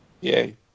Yay